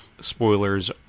spoilers